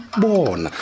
born